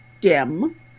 dim